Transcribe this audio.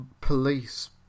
police